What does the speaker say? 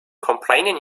complaining